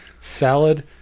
salad